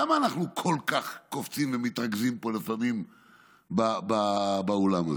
למה אנחנו כל כך קופצים ומתרגזים פה לפעמים באולם הזה?